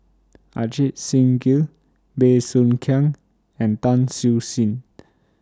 Ajit Singh Gill Bey Soo Khiang and Tan Siew Sin